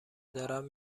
دارم